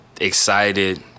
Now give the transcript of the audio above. excited